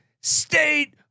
state